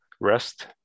rest